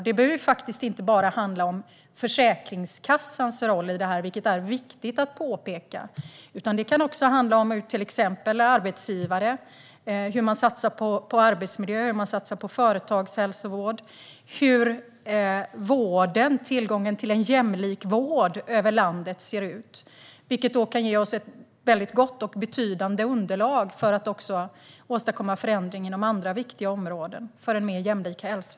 Det behöver inte bara handla om Försäkringskassans roll i detta, vilket är viktigt att påpeka. Det kan till exempel också handla om hur arbetsgivare satsar på arbetsmiljö och företagshälsovård och hur tillgången till en jämlik vård över landet ser ut. Detta kan ge ett gott och betydande underlag för att åstadkomma förändring inom andra viktiga områden, för en mer jämlik hälsa.